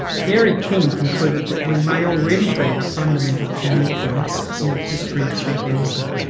carey king concluded that we may already be at a fundamental turning point in the history of cheap energy.